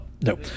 no